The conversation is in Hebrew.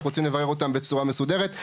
אנחנו רוצים לברר אותם בצורה מסודרת,